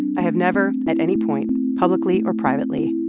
i have never, at any point, publicly or privately,